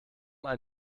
ein